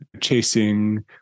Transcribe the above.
chasing